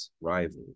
rival